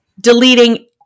deleting